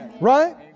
Right